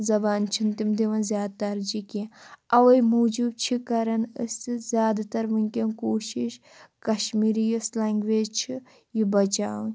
زبانہِ چھِنہٕ تِم دِوان زیادٕ ترجیح کیٚنہہ اَوَے موٗجوٗب چھِ کران أسہِ زیادٕ تَر وٕنۍکٮ۪ن کوٗشِش کَشمیٖری یۄس لَنگویج چھِ یہِ بچاوٕنۍ